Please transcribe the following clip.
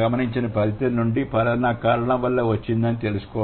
గమనించిన ఫలితం నుండి పలానా కారణం వల్ల ఇది వచ్చింది అని తెలుసుకోవడం